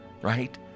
right